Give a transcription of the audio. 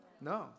No